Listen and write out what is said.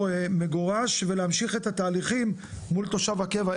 מגורש ולהמשיך את התהליכים מול תושב הקבע.